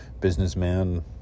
businessman